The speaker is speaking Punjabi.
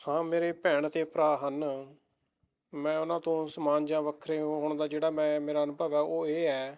ਹਾਂ ਮੇਰੇ ਭੈਣ ਅਤੇ ਭਰਾ ਹਨ ਮੈਂ ਉਹਨਾਂ ਤੋਂ ਸਮਾਨ ਜਾਂ ਵੱਖਰੇ ਹੋਣ ਦਾ ਜਿਹੜਾ ਮੈਂ ਮੇਰਾ ਅਨੁਭਵ ਹੈ ਉਹ ਇਹ ਹੈ